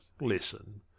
listen